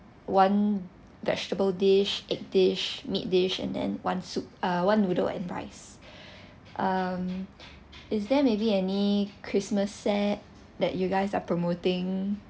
one vegetable dish egg dish meat dish and then one soup uh one noodle and rice um is there may be any christmas set that you guys are promoting